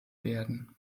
werden